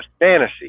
fantasy